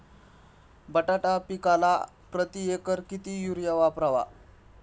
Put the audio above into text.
बटाटा पिकाला प्रती एकर किती युरिया वापरावा?